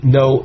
no